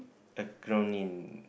acronym